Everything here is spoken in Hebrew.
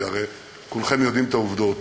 כי הרי כולכם יודעים את העובדות,